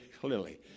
clearly